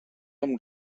amb